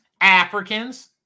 Africans